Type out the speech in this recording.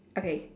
okay